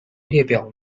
列表